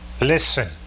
Listen